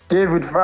David